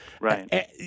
Right